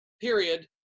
period